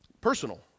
personal